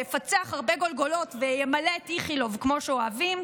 שיפצח הרבה גולגולות וימלא את איכילוב כמו שאוהבים.